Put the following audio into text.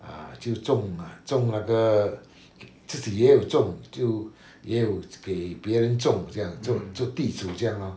ah 就种 ah 种那个自己也有种就也有给别人种这样做做地主这样 lor